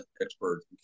experts